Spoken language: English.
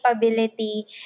capability